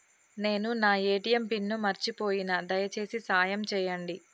నేను నా ATM pin మర్చిపోయిన, దయచేసి సాయం చేయండి